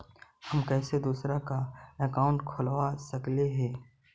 हम कैसे दूसरा का अकाउंट खोलबा सकी ही?